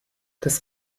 des